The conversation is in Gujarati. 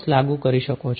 તો હવે તમે શું કરશો